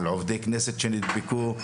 על עובדי כנסת שנדבקו,